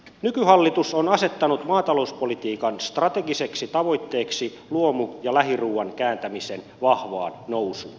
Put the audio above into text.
nykyhallitus on asettanut maatalouspolitiikan strategiseksi tavoitteeksi luomu ja lähiruuan kääntämisen vahvaan nousuun